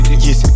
Yes